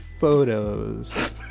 photos